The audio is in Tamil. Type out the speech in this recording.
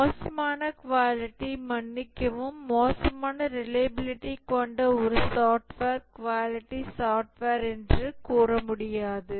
மோசமான குவாலிட்டி மன்னிக்கவும் மோசமான ரிலையபிலிடி கொண்ட ஒரு சாஃப்ட்வேர் குவாலிட்டி சாப்ட்வேர் என்று கூற முடியாது